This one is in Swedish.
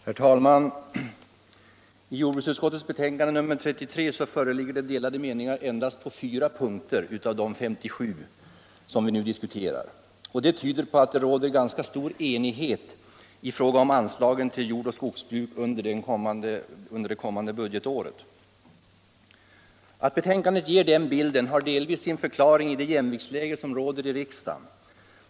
Herr talman! I jordbruksutskottets betänkande nr 33 föreligger delade meningar endast på fyra punkter av de 57 punkter som vi nu diskuterar. Detta tyder på att det råder ganska stor enighet i fråga om anslagen till jordoch skogsbruk under det kommande budgetåret. Att betänkandet ger den bilden har delvis sin förklaring i det jämviktsläge som råder i riksdagen.